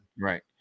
Right